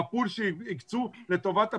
בפול שהקצו לטובת הפיצוי.